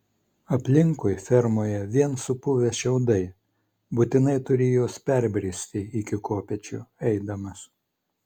aplinkui fermoje vien supuvę šiaudai būtinai turi juos perbristi iki kopėčių eidamas